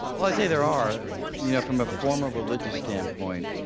well, i'd say there are. you know from a former religious standpoint,